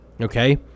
Okay